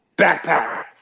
backpack